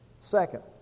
Second